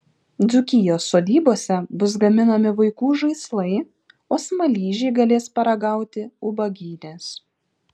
dzūkijos sodybose bus gaminami vaikų žaislai o smaližiai galės paragauti ubagynės